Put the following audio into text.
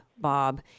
Bob